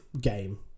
game